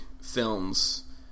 films